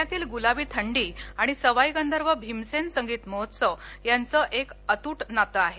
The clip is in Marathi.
पुण्यातील गुलाबी थंडी आणि सवाई गंधर्व भीमसेन संगीत महोत्सव यांचं एक अतूट नात आहे